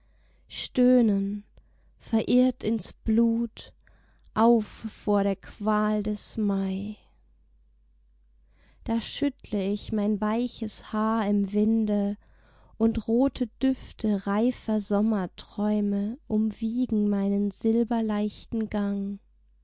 stöhnen verirrt ins blut auf vor der qual des mai da schüttle ich mein weiches haar im winde und rote düfte reifer sommerträume umwiegen meinen silberleichten gang